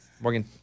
Morgan